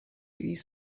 east